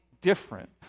different